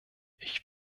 ich